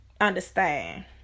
understand